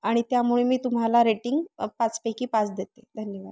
आणि त्यामुळे मी तुम्हाला रेटिंग पाचपैकी पाच देते धन्यवाद